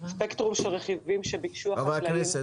על ספקטרום של רכיבים שביקשו החקלאים,